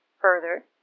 Further